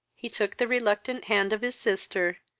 he took the reluctant hand of his sister,